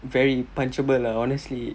very punchable lah honestly